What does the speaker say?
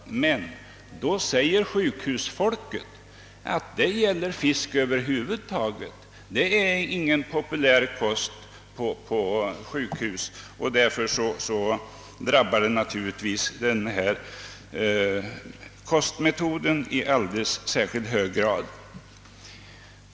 Sjukhuspersonalen säger dock att detta gäller fisk över huvud taget. Fisk är ingen populär kost på sjukhusen, och därför drabbar anmärkningarna denna kostmetod i alldeles särskilt hög grad.